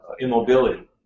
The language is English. immobility